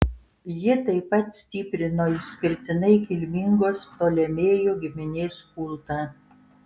ji taip pat stiprino išskirtinai kilmingos ptolemėjų giminės kultą